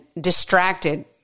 distracted